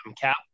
Cap